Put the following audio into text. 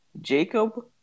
Jacob